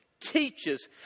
teaches